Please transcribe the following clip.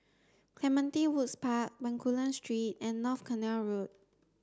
Clementi Woods Park Bencoolen Street and North Canal Road